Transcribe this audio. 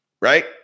Right